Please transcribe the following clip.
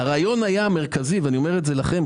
הרעיון המרכזי היה ואני אומר את זה לכם,